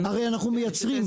הרי אנחנו מייצרים,